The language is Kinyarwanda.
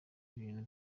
bintu